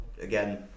again